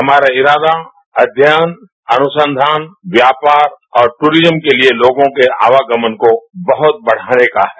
हमारा इरादा अध्ययन अनुसंधान व्यापार और टूरिज्म के लिए लोगों के आवागमन को बहुत बढ़ाने का है